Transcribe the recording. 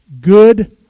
good